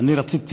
רציתי